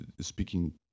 Speaking